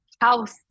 house